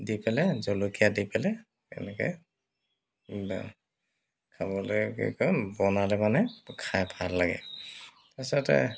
দি পেলাই জলকীয়া দি পেলাই এনেকৈ খাবলৈ কি কয় বনালে মানে খাই ভাল লাগে তাৰপিছতে